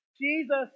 Jesus